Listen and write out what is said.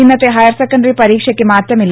ഇന്നത്തെ higher secondary പരീക്ഷയ്ക്ക് മാറ്റമില്ല